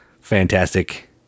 fantastic